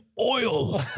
oil